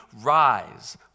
rise